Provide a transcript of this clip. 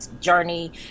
journey